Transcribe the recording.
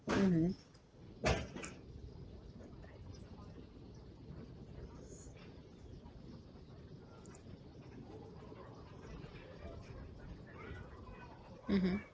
mmhmm mmhmm